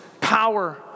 power